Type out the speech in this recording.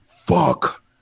Fuck